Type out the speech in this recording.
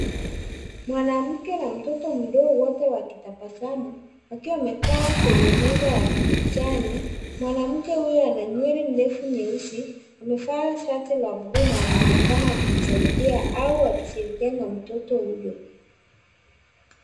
Mwanamke na mtoto mdogo , wote wakitabasamu, wakiwa wamekaa kwenye meza ya kijani. Mwanamke huyo ana nywele ndefu nyeusi. Amevaa shati la blue na anaonekana akimsaidia au akishirikiana na mtoto huyo.